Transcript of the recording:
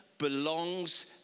Belongs